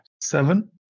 seven